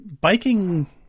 biking